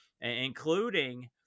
including